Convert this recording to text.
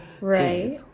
right